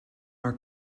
our